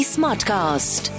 Smartcast